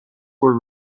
were